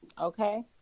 Okay